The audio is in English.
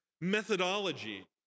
methodology